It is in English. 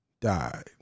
died